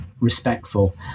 respectful